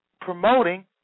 promoting